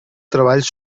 treballs